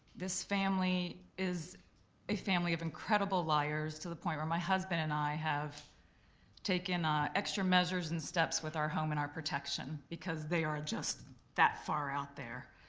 this family is a family of incredible liars to the point where my husband and i have taken ah extra measures and steps with our home and our protection because they are just that far out there.